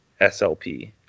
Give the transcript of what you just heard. SLP